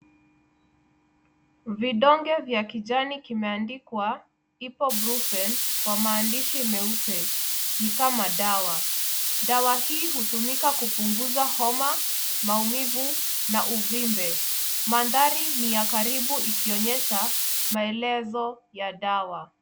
Vidonge vya kijani kimeandikwa hypo-brufen ,kwa maandishi meupe. Ni kama dawa. Dawa hii hutumika kupunguza homa, maumivu na uvimbe. Mandhari ni ya karibu, ikionyesha maelezo ya dawa.